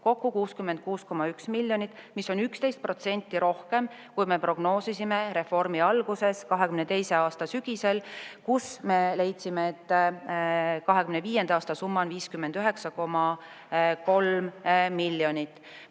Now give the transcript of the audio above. kokku 66,1 miljonit, mis on 11% rohkem, kui me prognoosisime reformi alguses 2022. aasta sügisel, kus me leidsime, et 2025. aasta summa on 59,3 miljonit. Mis